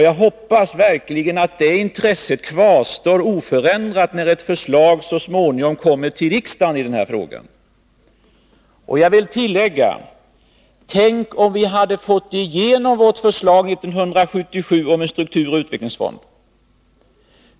Jag hoppas verkligen att det intresset kvarstår oförändrat när ett förslag i den här frågan så småningom kommer till riksdagen. Jag vill tillägga: Tänk om vi hade fått igenom vårt förslag 1977 om en strukturoch utvecklingsfond!